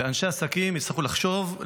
ואנשי עסקים יצטרכו לחשוב,